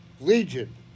legion